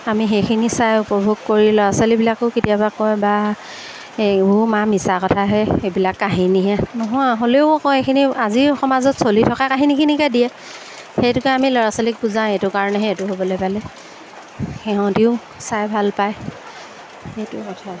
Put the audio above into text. আমি সেইখিনি চাই উপভোগ কৰি ল'ৰা ছোৱালীবিলাকেও কেতিয়াবা কয় বা এই অ' মা মিছা কথাাহে এইবিলাক কাহিনীহে নহয় হ'লেও আকৌ এইখিনি আজিৰ সমাজত চলি থকা কাহিনীখিনিকে দিয়ে সেইটোকে আমি ল'ৰা ছোৱালীক বুজাওঁ এইটো কাৰণেহে এইটো হ'বলৈ পালে সিহঁতিও চাই ভাল পায় সেইটো কথা